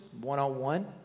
one-on-one